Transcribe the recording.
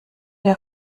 der